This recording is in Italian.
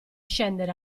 scendere